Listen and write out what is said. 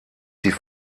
sie